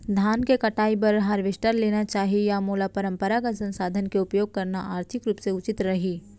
धान के कटाई बर हारवेस्टर लेना चाही या मोला परम्परागत संसाधन के उपयोग करना आर्थिक रूप से उचित रही?